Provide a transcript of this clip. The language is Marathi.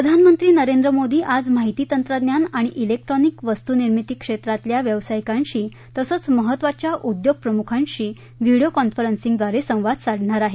प्रधानमंत्री नरेंद्र मोदी आज माहिती तंत्रज्ञान आणि झिक्ट्रॉनिक वस्तु निर्मिती क्षेत्रातल्या व्यावसायिकांशी तसंच महत्वाच्या उद्योग प्रमुखांशी व्हीडीओ कॉन्फरन्सिंगव्दारे संवाद साधणार आहेत